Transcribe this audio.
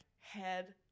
head